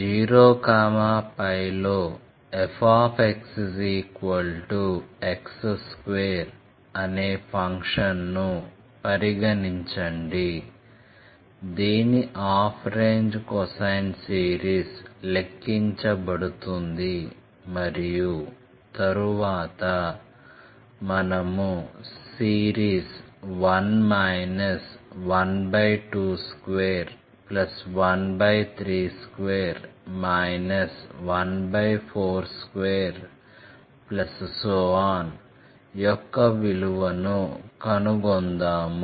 0π లో fx x2 అనే ఫంక్షన్ను పరిగణించండి దీని హాఫ్ రేంజ్ కొసైన్ సిరీస్ లెక్కించబడుతుంది మరియు తరువాత మనము సిరీస్ 1 122132 142 యొక్క విలువను కనుగొందాము